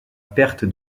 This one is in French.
perte